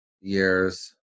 years